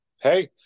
hey